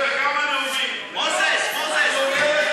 התשע"ו 2016, נתקבל.